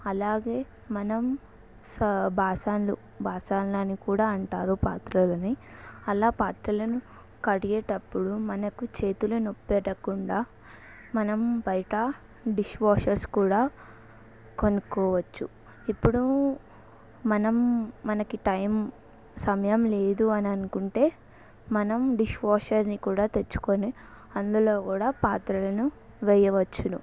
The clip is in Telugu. అలాగే మనం సా బాసాన్లు బాసాన్లని కూడా అంటారు పాత్రలని అలా పాత్రలని కడిగేటప్పుడు మనకు చేతులు నొప్పెట్టకుండా మనం బయట డిష్ వాషర్స్ కూడా కొనుక్కోవచ్చు ఇప్పుడు మనం మనకి టైం సమయం లేదు అని అనుకుంటే మనం డిష్ వాషర్ని కూడా తెచ్చుకుని అందులో కూడా పాత్రలను వేయవచ్చును